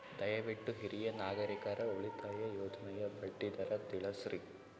ದಯವಿಟ್ಟು ಹಿರಿಯ ನಾಗರಿಕರ ಉಳಿತಾಯ ಯೋಜನೆಯ ಬಡ್ಡಿ ದರ ತಿಳಸ್ರಿ